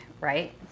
right